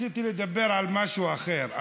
רציתי לדבר על משהו אחר,